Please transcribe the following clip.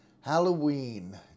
Halloween